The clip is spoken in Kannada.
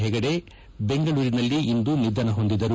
ಹೆಗಡೆ ಬೆಂಗಳೂರಿನಲ್ಲಿಂದು ನಿಧನ ಹೊಂದಿದರು